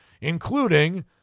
including